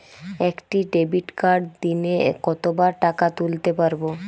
একটি ডেবিটকার্ড দিনে কতবার টাকা তুলতে পারব?